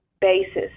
basis